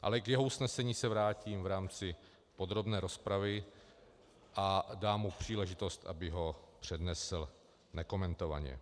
Ale k jeho usnesení se vrátím v rámci podrobné rozpravy a dám mu příležitost, aby ho přednesl nekomentovaně.